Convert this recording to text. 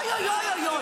אוי אוי אוי.